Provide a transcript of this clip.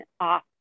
off